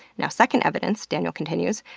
now, second evidence, daniel continues,